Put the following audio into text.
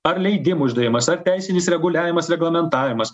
ar leidimų išdavimas ar teisinis reguliavimas reglamentavimas